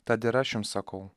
tad ir aš jums sakau